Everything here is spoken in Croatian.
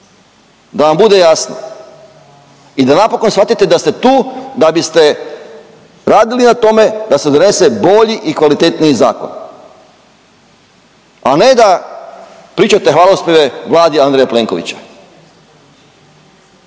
da vam bude jasno i da napokon shvatite da ste tu da biste radili na tome da se donese bolji i kvalitetniji zakon, a ne da pričate hvalospjeve Vladi Andreja Plenkovića.